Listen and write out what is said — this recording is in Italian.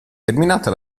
terminata